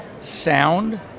sound